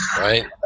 Right